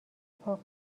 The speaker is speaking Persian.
پاک